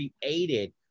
created